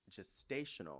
gestational